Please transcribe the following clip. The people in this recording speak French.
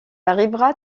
arrivera